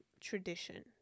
tradition